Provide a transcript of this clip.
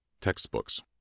Textbooks